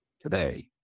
today